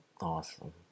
awesome